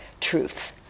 truth